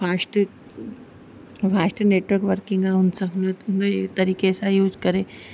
fast fast network working आहे हुन तरीक़े सां यूस करे